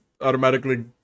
automatically